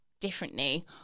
differently